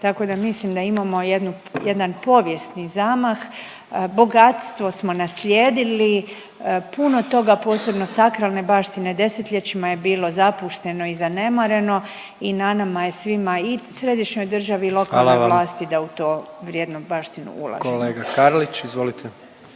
tako da mislim da imamo jednu, jedan povijesni zamah. Bogatstvo smo naslijedili, puno toga, posebno sakralne baštine 10-ljećima je bilo zapušteno i zanemareno i na nama je svima i središnjoj državi…/Upadica predsjednik: Hvala vam./…i lokalnoj vlasti da u tu vrijednu baštinu ulažemo. **Jandroković, Gordan (HDZ)** Kolega Karlić, izvolite.